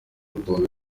rutonde